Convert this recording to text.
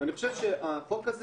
אבל אני חושב שהחוק הזה